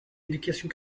éducation